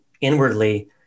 inwardly